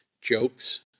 jokes